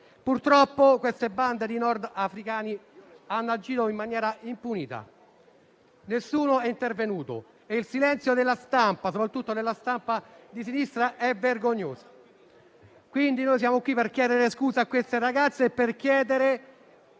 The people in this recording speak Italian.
Purtroppo, bande di nordafricani hanno agito in maniera impunita. Nessuno è intervenuto e il silenzio della stampa, soprattutto della stampa di sinistra, è vergognoso. Quindi, noi siamo qui per chiedere scusa a quelle ragazze e per chiedere